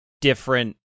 different